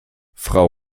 frau